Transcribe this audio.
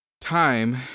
time